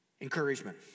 Encouragement